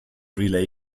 relay